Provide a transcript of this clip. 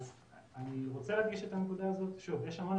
אני רוצה להדגיש את הנקודה הזאת יש המון